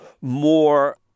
more